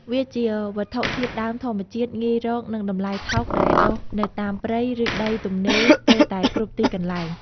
វាជាវត្ថុធាតុដើមធម្មជាតិ ងាយរក និងតម្លៃថោកដែលដុះនៅតាមព្រៃ ឬដីទំនេរស្ទើតែគ្រប់ទីកន្លែង។